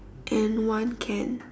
and one can